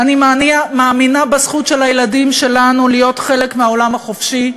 אני מאמינה בזכות של הילדים שלנו להיות חלק מהעולם החופשי,